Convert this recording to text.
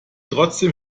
trotzdem